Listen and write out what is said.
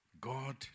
God